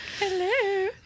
Hello